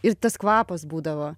ir tas kvapas būdavo